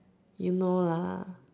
you know lah